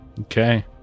Okay